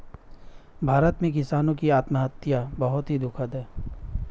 भारत में किसानों की आत्महत्या बहुत ही दुखद है